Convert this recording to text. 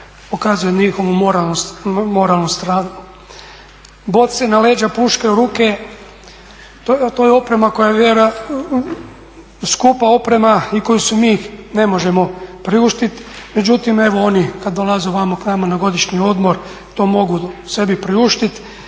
pokazuje njihovu moralnu stranu. Boce na leđa, puške u ruke to je oprema, skupa oprema i koju si mi ne možemo priuštiti. Međutim, evo oni kad dolaze ovamo k nama na godišnji odmor to mogu sebi priuštiti